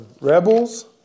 rebels